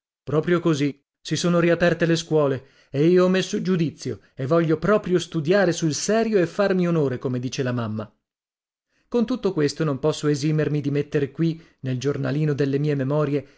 proprio così si sono riaperte le scuole e io ho messo giudizio e voglio proprio studiare sul serio e farmi onore come dice la mamma con tutto questo non posso esimermi di mettere qui nel giornalino delle mie memorie